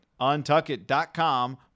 untuckit.com